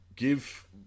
Give